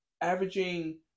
averaging